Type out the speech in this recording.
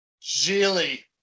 Jilly